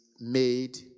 made